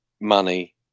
money